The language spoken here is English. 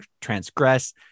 Transgress